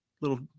little